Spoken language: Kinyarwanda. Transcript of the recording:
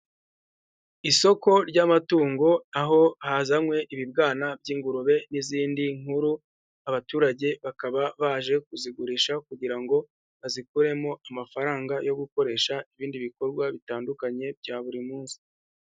Isoko ry'amatungo aho hazanywe ibibwana by'ingurube n'izindi nkuru, abaturage bakaba baje kuzigurisha kugira ngo bazikuremo amafaranga yo gukoresha ibindi bikorwa bitandukanye bya buri munsi.